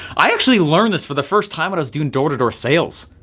i actually learned this for the first time when i was doing door to door sales.